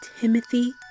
Timothy